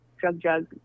drug-drug